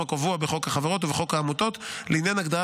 הקבוע בחוק החברות ובחוק העמותות לעניין הגדרת